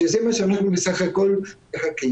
שזה מה שאנחנו בסך הכול מחכים,